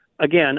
again